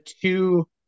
two